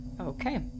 Okay